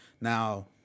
Now